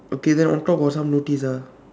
okay then on top got some notice ah